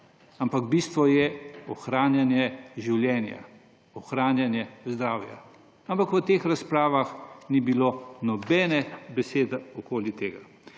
Ampak bistvo je ohranjanje življenja, ohranjanje zdravja. Ampak v teh razpravah ni bilo nobene besede okoli tega.